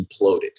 imploded